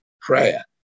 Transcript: prayer